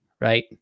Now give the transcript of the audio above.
right